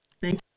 thank